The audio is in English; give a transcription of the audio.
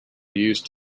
used